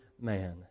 man